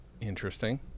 Interesting